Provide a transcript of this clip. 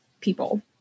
people